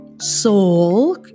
soul